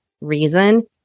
reason